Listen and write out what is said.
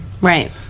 right